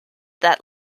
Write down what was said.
that